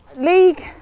league